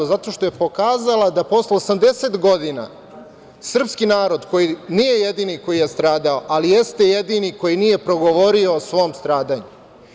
Zato što je pokazala da posle 80 godina srpski narod koji nije jedini koji je stradao, ali jeste jedini koji nije progovorio o svom stradanju.